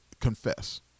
confess